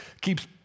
keeps